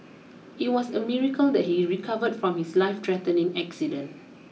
it was a miracle that he recovered from his life threatening accident